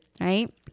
Right